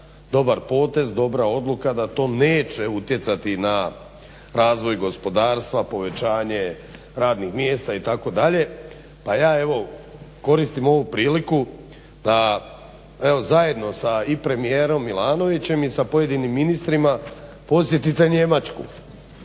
da to nije dobra odluka, da to neće utjecati na razvoj gospodarstva, povećanje radnih mjesta itd. Pa ja evo koristim ovu priliku da evo zajedno i sa premijerom Milanovićem i sa pojedinim ministrima posjetite Njemačku.